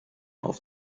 auf